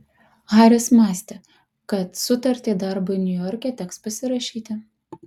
haris mąstė kad sutartį darbui niujorke teks pasirašyti